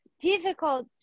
difficult